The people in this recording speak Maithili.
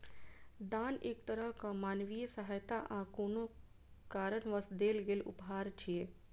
दान एक तरहक मानवीय सहायता आ कोनो कारणवश देल गेल उपहार छियै